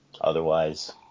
Otherwise